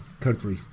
country